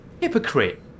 Hypocrite